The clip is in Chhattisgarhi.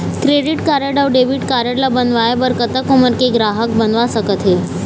क्रेडिट कारड अऊ डेबिट कारड ला बनवाए बर कतक उमर के ग्राहक बनवा सका थे?